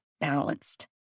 balanced